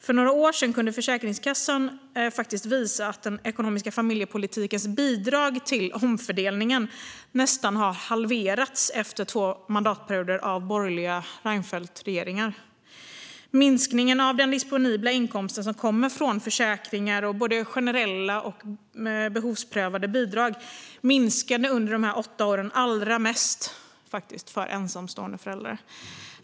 För några år sedan kunde Försäkringskassan visa att den ekonomiska familjepolitikens bidrag till omfördelning nästan halverats efter två mandatperioder av borgerliga Reinfeldtregeringar. Minskningen av den disponibla inkomst som kommer från försäkringar och både generella och behovsprövade bidrag minskade under de här åtta åren allra mest för ensamstående föräldrar.